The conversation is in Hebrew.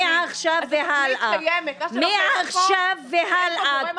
מעכשיו והלאה,